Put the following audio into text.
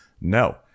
No